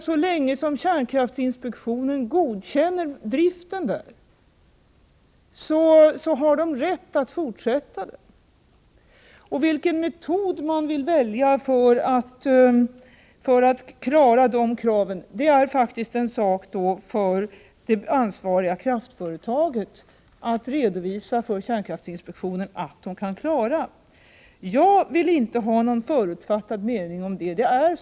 Så länge kärnkraftsinspektionen godkänner driften där, har man rätt att fortsätta med den. När det gäller vilken metod man vill välja för att klara de kraven är det faktiskt en sak för det ansvariga kraftföretaget att redovisa för kärnkraftsinspektionen. Jag vill inte ha någon förutfattad mening om det.